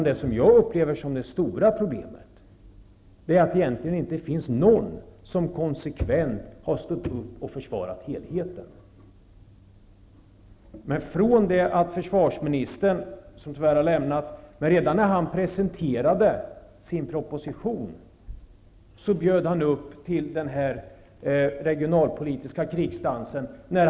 Det stora problemet är att det inte finns någon som konsekvent har stått upp och försvarat helheten. Försvarsministern har tyvärr lämnat kammaren, men redan när han presenterade sin proposition bjöd han upp till den här regionalpolitiska krigsdansen.